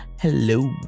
hello